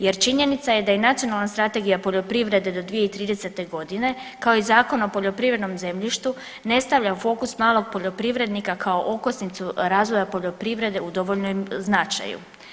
Jer činjenica je da je Nacionalna strategija poljoprivrede do 2030. godine kao i Zakon o poljoprivrednom zemljištu ne stavlja u fokus malog poljoprivrednika kao okosnicu razvoja poljoprivrede u dovoljnom značaju.